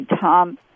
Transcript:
Tom